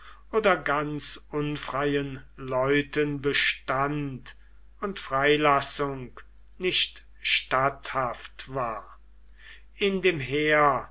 oder ganz unfreien leuten bestand und freilassung nicht statthaft war in dem heer